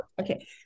okay